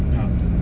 ah